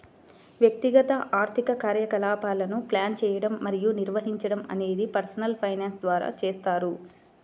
వ్యక్తిగత ఆర్థిక కార్యకలాపాలను ప్లాన్ చేయడం మరియు నిర్వహించడం అనేది పర్సనల్ ఫైనాన్స్ ద్వారా చేస్తారు